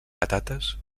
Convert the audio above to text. patates